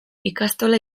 ikastola